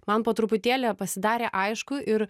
man po truputėlį pasidarė aišku ir